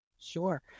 Sure